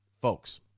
Folks